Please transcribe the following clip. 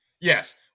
Yes